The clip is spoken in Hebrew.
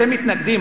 אתם מתנגדים?